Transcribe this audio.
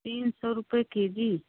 तीन सौ रुपये के जी